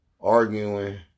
arguing